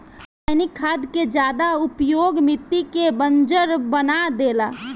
रासायनिक खाद के ज्यादा उपयोग मिट्टी के बंजर बना देला